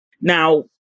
Now